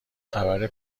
خبر